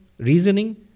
Reasoning